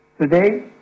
Today